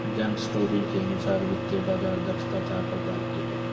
James Tobin के अनुसार वित्तीय बाज़ार दक्षता चार प्रकार की है